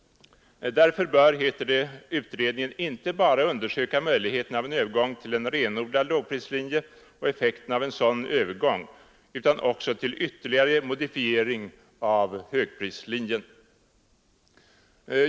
Därför bör, heter det, utredningen inte bara undersöka möjligheterna av en övergång till en renodlad lågprislinje och effekten av en sådan övergång, utan också till ytterligare modifiering av högprislinjen.